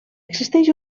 existeix